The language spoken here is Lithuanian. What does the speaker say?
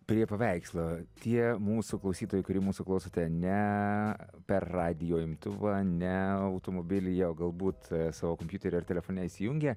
prie paveikslo tie mūsų klausytojai kurių mūsų klausote ne per radijo imtuvą ne automobilyje o galbūt savo kompiuterį ar telefone įsijungę